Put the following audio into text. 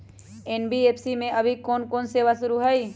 NBFC में अभी कोन कोन सेवा शुरु हई?